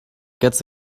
gets